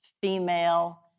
female